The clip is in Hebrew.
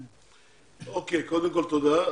אוקיי, קודם כל תודה.